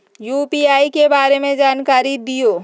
UPI के बारे में जानकारी दियौ?